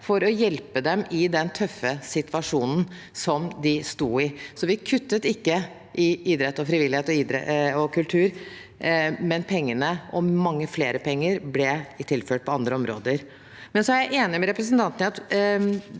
for å hjelpe dem i den tøffe situasjonen de sto i. Vi kuttet ikke i idrett, frivillighet og kultur, men pengene – mye mer penger – ble tilført på andre områder. Jeg er imidlertid enig med representanten i at